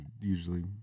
Usually